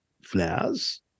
flowers